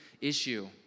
issue